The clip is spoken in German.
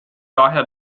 daher